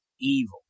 evil